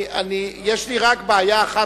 יש לי רק בעיה אחת,